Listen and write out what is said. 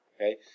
okay